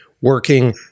working